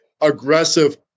aggressive